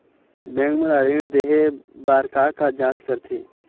Bank मोला ऋण देहे बार का का जांच करथे?